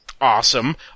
Awesome